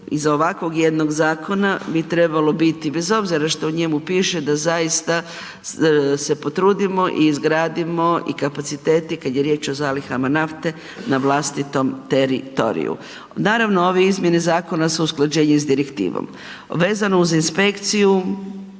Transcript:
iza ovakvog jednog zakona bi trebalo biti, bez obzira što u njemu piše, da zaista se potrudimo i izgradimo i kapacitete kada je riječ o zalihama nafte na vlastitom teritoriju. Naravno ove izmjene zakona su usklađenje sa direktivom. Vezno uz inspekciju,